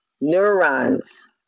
neurons